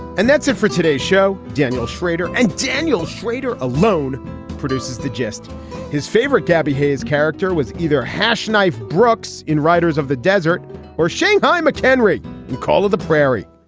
and that's it for today's show. daniel schrader and daniel schrader alone produces the gist his favorite gabby hayes character was either hash knife brooks in writers of the desert or shanghai mchenry and call it the prairie.